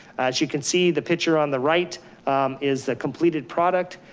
as you can see the picture on the right is the completed product,